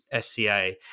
SCA